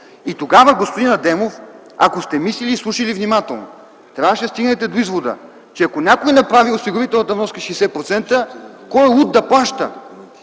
Тогава, господин Адемов, ако сте мислили и слушали внимателно, трябваше да стигнете до извода: ако някой направи осигурителната вноска 60%, кой е луд да плаща?